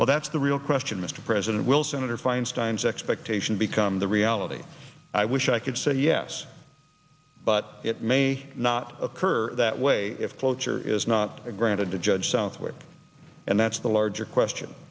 well that's the real question mr president will senator feinstein's expectation become the reality i wish i could say yes but it may not occur that way if cloture is not granted to judge southwick and that's the larger question